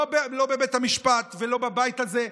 לא בבית המשפט ולא בבית הזה.